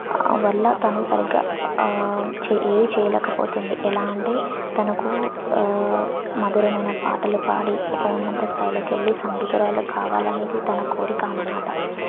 వల్ల తను సరిగ్గా చే ఏదీ చేయలేకపోతుంది ఎలా అంటే తనకు మధురమైన పాటలు పాడి ఒక ఉన్నత స్థాయిలోకి వెళ్ళి సంగీతురాలు కావాలి అనేది తన కోరిక అన్నమాట